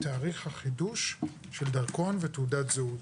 תאריך החידוש של דרכון ותעודת הזהות,